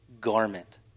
garment